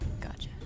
Gotcha